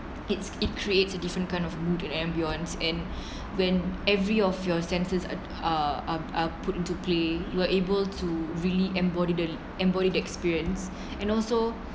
it's it creates a different kind of mood to the ambience and when every of your senses uh um uh put into play we're able to really embody the embody experience and also